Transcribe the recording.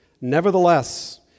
Nevertheless